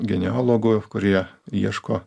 geneologų kurie ieško